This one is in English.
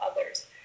others